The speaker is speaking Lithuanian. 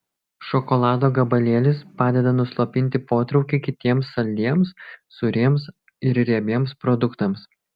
šokolado gabalėlis padeda nuslopinti potraukį kitiems saldiems sūriems ir riebiems produktams